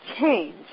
change